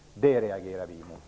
Det reagerar vi emot.